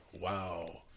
Wow